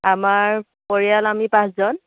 আমাৰ পৰিয়াল আমি পাঁচজন